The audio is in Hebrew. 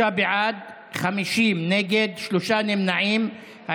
43 בעד, 50 נגד, שלושה נמנעים.